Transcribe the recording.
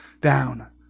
down